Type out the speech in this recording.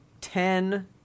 ten